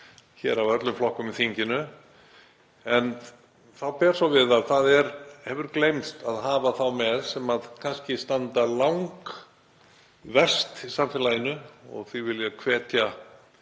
það af öllum flokkum hér í þinginu, þá ber svo við að það hefur gleymst að hafa þá með sem kannski standa langverst í samfélaginu. Ég vil því hvetja